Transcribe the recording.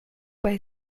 bei